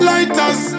Lighters